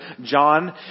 John